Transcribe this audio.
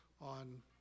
on